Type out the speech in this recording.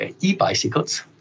e-bicycles